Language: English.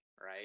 right